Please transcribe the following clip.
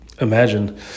imagine